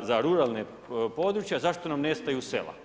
za ruralna područja, zašto nam nestaju sela?